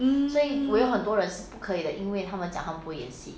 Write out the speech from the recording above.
mmhmm